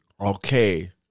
Okay